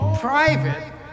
private